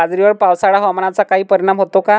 बाजरीवर पावसाळा हवामानाचा काही परिणाम होतो का?